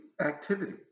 activity